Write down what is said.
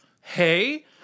Hey